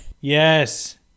Yes